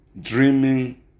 Dreaming